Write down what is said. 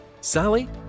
Sally